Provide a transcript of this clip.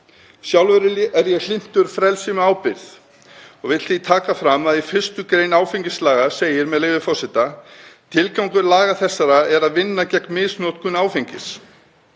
Sjálfur er ég hlynntur frelsi með ábyrgð og vill því taka fram að í 1. gr. áfengislaga segir, með leyfi forseta: „Tilgangur laga þessara er að vinna gegn misnotkun áfengis.“